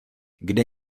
kde